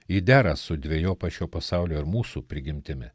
ji dera su dvejopa šio pasaulio ir mūsų prigimtimi